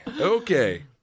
Okay